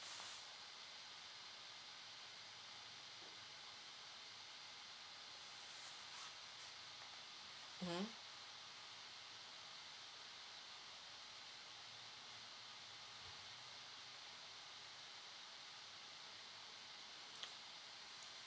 mmhmm